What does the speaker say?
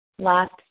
last